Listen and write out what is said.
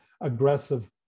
aggressive